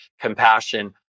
compassion